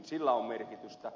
sillä on merkitystä